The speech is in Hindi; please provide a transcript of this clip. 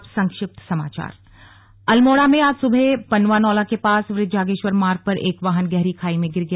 अब संक्षिप्त समाचार अल्मोड़ा में आज सुबह पनुवानौला के पास वृद्ध जागेश्वर मार्ग पर एक वाहन गहरी खाई में गिर गया